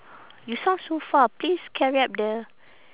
you sound so far please carry up the